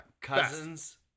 Cousin's